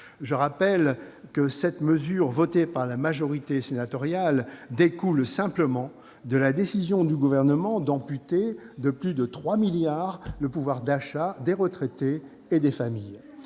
je rappelle que cette mesure, votée par la majorité sénatoriale, découle simplement de la décision du Gouvernement d'amputer de plus de 3 milliards d'euros le pouvoir d'achat des retraités et des familles.